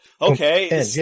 okay